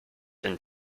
and